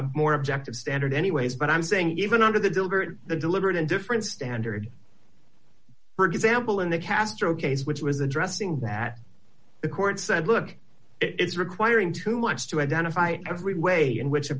more objective standard anyways but i'm saying even under the deliberate the deliberate indifference standard for example in the castro case which was addressing that the court said look it's requiring too much to identify every way in which a